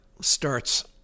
starts